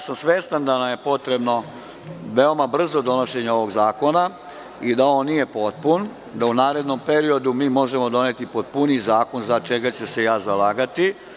Svestan da nam je potrebno veoma brzo donošenje ovog zakona i da on nije potpun, da u narednom periodu možemo doneti potpuniji zakon, za čega ću se ja zalagati.